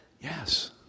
Yes